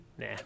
Nah